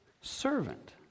servant